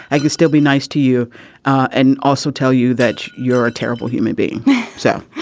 i can still be nice to you and also tell you that you're a terrible human being so